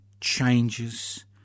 changes